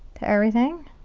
to everything.